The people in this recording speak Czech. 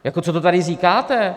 Jako co to tady říkáte?